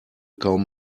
kaum